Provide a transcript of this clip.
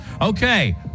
Okay